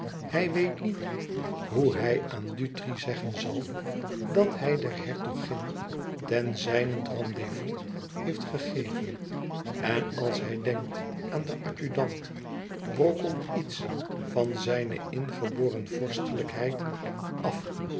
hij weet niet hoe hij aan dutri zeggen zal dat hij der hertogin ten zijnent rendez-vous heeft gegeven en als hij denkt aan den adjudant brokkelt iets van zijne ingeboren vorstelijkheid af